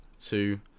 two